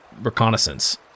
reconnaissance